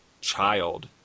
child